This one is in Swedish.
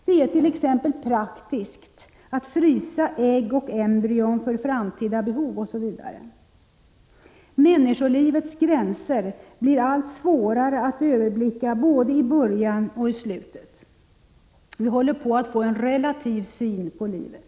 Det är t.ex. praktiskt att frysa ägg och embryon för Prot. 1986/87:19 framtida behov, osv. Människolivets gränser blir allt svårare att överblicka, 5 november 1986 både i början och i slutet. Vi håller på att få en relativ syn på livet.